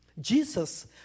Jesus